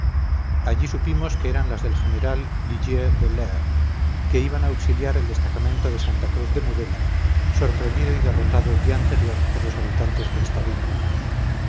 allí supimos que eran las del general ligier belair que iba a auxiliar el destacamento de santa cruz de mudela sorprendido y derrotado el día anterior por los habitantes de esta villa